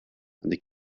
they